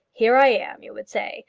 here i am you would say.